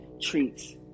treats